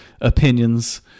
opinions